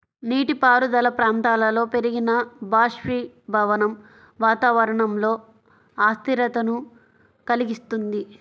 నీటిపారుదల ప్రాంతాలలో పెరిగిన బాష్పీభవనం వాతావరణంలో అస్థిరతను కలిగిస్తుంది